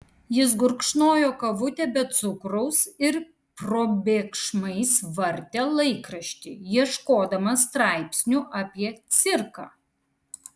jis gurkšnojo kavutę be cukraus ir probėgšmais vartė laikraštį ieškodamas straipsnių apie cirką